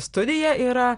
studija yra